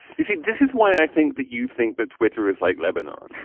you see, this is why i think that you think that twitter is like lebanon.